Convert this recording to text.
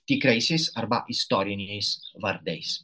tikraisiais arba istoriniais vardais